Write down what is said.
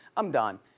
i'm done.